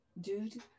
dude